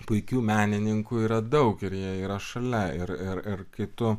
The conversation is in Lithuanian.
puikių menininkų yra daug ir jie yra šalia ir ir kai tu